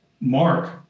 mark